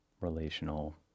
relational